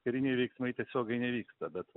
kariniai veiksmai tiesiogiai nevyksta bet